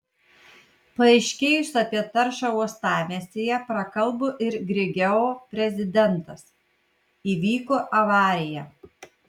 paaiškėjus apie taršą uostamiestyje prakalbo ir grigeo prezidentas įvyko avarija